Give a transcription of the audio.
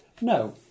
No